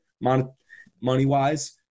money-wise –